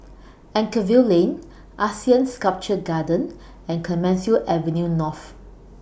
Anchorvale Lane Asean Sculpture Garden and Clemenceau Avenue North